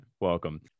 welcome